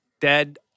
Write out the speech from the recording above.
dead